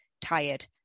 tired